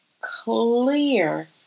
clear